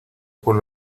por